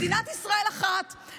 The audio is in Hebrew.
מדינת ישראל אחת,